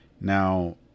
now